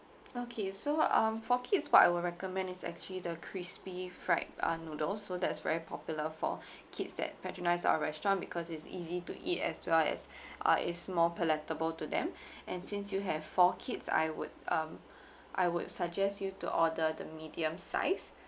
okay so um for kids what I will recommend is actually the crispy fried uh noodles so that is very popular for kids that patronise our restaurant because it's easy to eat as well as uh it's more palatable to them and since you have four kids I would um I would suggest you to order the medium size